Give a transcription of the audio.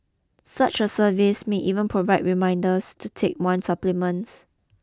such a service may even provide reminders to take one's supplements